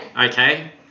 Okay